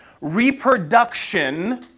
reproduction